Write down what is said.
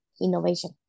innovation